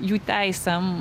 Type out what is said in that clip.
jų teisėm